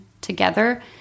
together